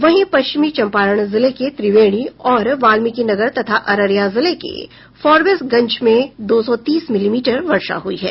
वहीं पश्चिमी चंपारण जिले के त्रिवेणी और वाल्मीकिनगर तथा अररिया जिले के फारबिसगंज में दो सौ तीस मिलीमीटर वर्षा हुई है